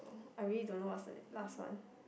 I really don't know what's the last one